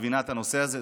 מבינה את הנושא הזה.